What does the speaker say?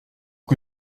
que